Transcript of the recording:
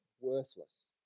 worthless